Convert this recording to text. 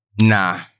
Nah